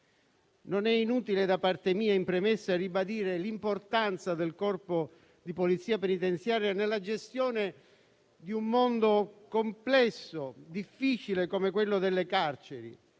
Non è inutile da parte mia, in premessa, ribadire l'importanza del corpo di polizia penitenziaria nella gestione di un mondo complesso e difficile come quello delle carceri.